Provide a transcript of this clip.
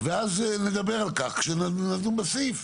ואז נדבר על כך כשנדון בסעיף.